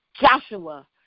joshua